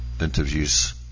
interviews